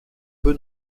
peu